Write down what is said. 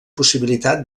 possibilitat